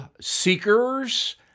seekers